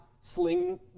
sling